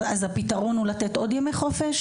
אז הפתרון הוא לתת עוד ימי חופשה?